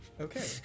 Okay